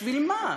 בשביל מה?